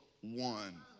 one